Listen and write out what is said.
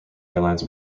airlines